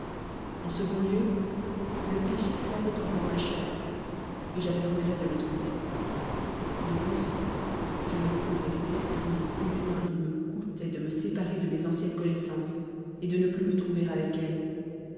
en second lien le péché flat toit encore ma chair et j'avois regret de le quitter de plus je ne pourrois vods exprimer combien il me colltoit de me séparer de mes anc iennes connaissances et de ne plus ole trouver avec elles